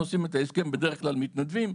עושים את ההסכם בדרך כלל מתנדבים.